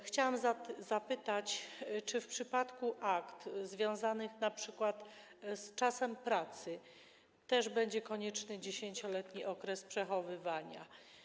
Chciałam zapytać, czy w przypadku akt związanych np. z czasem pracy też będzie konieczny 10-letni okres przechowywania.